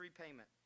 repayment